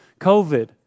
COVID